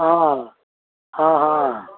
ಆಂ ಹಾಂ ಹಾಂ